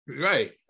Right